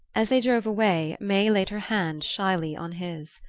as they drove away may laid her hand shyly on his.